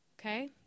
Okay